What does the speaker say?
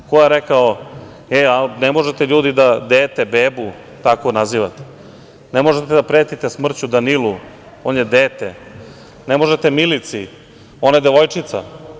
Ko je rekao – ne možete ljudi da dete, bebu tako nazivate, ne možete da pretite smrću Danilu, on je dete, ne možete Milici, ona je devojčica.